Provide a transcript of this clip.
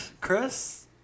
Chris